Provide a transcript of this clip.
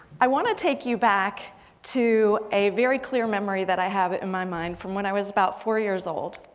i wanna take you back to a very clear memory that i have in my mind from when i was about four years old.